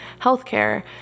healthcare